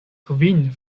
kvin